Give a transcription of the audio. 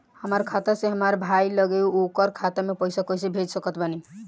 हमार खाता से हमार भाई लगे ओकर खाता मे पईसा कईसे भेज सकत बानी?